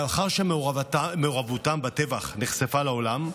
לאחר שמעורבותם בטבח נחשפה לעולם,